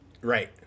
Right